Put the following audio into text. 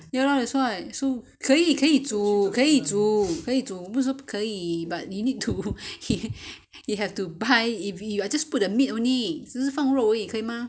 ya lor that's why so 可以可以煮可以煮我不是说不可以 but you need to h~ he he have to buy I will just put the meat only 只是放肉而已可以吗